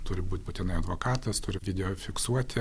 turi būt būtinai advokatas turi video fiksuoti